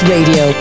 Radio